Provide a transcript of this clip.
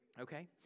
Okay